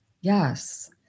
Yes